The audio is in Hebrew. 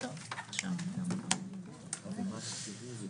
ב-2021 זה יורד ל-120.